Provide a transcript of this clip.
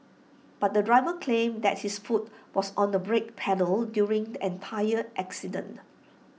but the driver claimed that his foot was on the brake pedal during the entire accident